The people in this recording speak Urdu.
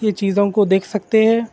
یہ چیزوں کو دیکھ سکتے ہے